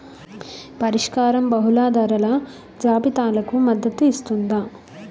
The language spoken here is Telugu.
పరిష్కారం బహుళ ధరల జాబితాలకు మద్దతు ఇస్తుందా?